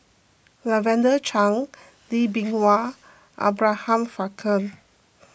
Lavender Chang Lee Bee Wah Abraham Frankel